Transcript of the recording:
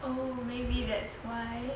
oh maybe that's why